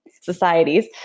societies